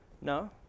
No